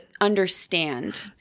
understand